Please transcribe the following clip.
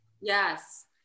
Yes